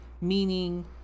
meaning